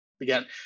again